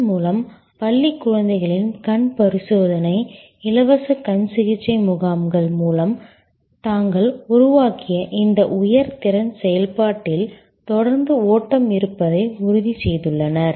இதன்மூலம் பள்ளிக் குழந்தைகளின் கண் பரிசோதனை இலவச கண்சிகிச்சை முகாம்கள் மூலம் தாங்கள் உருவாக்கிய இந்த உயர் திறன் செயல்பாட்டில் தொடர்ந்து ஓட்டம் இருப்பதை உறுதி செய்துள்ளனர்